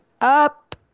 up